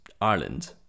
Ireland